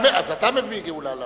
אז אתה מביא גאולה לעולם.